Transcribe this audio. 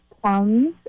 plums